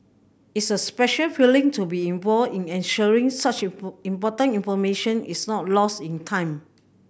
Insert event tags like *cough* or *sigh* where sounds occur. it's a special feeling to be involved in ensuring such *unintelligible* important information is not lost in time